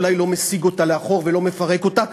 הוא אולי לא מסיג אותה לאחור ולא מפרק אותה,